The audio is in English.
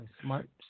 Smart